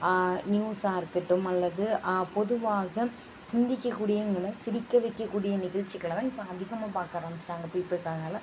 நியூஸாக இருக்கட்டும் அல்லது பொதுவாக சிந்திக்கக்கூடியவைங்களை சிரிக்க வைக்கக்கூடிய நிகழ்ச்சிகள தான் இப்போ அதிகமாக பார்க்க ஆரம்பிச்சிட்டாங்கள் பீப்பிள்ஸ் அதனால